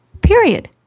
period